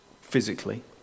physically